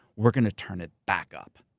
we're gonna turn it back up.